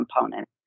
component